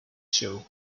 show